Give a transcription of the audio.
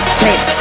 take